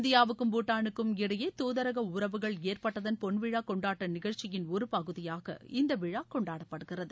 இந்தியாவுக்கும் பூட்டானுக்கும் இடையே தூதரக உறவுகள் ஏற்பட்டதன் பொன்விழா கொண்டாட்ட நிகழ்ச்சியின் ஒரு பகுதியாக இந்த விழா கொண்டாடப்படுகிறது